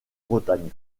bretagne